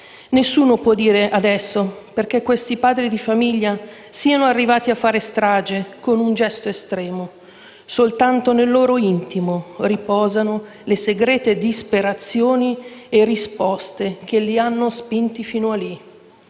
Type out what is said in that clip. Nessuno può dire adesso perché questi padri di famiglia siano arrivati a fare strage con un gesto estremo. Soltanto nel loro intimo riposano le segrete disperazioni e risposte che li hanno spinti fino a lì;